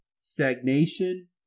stagnation